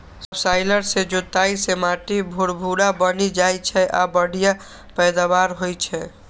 subsoiler सं जोताइ सं माटि भुरभुरा बनि जाइ छै आ बढ़िया पैदावार होइ छै